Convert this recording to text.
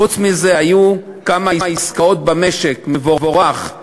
חוץ מזה היו גם כמה עסקאות במשק, מבורך,